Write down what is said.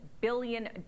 billion